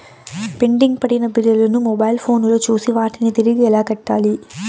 pending పడిన బిల్లులు ను మొబైల్ ఫోను లో చూసి వాటిని తిరిగి ఎలా కట్టాలి